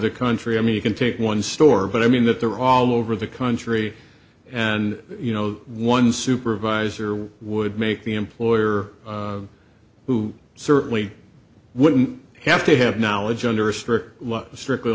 the country i mean you can take one store but i mean that they're all over the country and you know one supervisor would make the employer who certainly wouldn't have to have knowledge under a strict